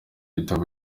igitabo